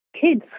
kids